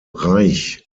reich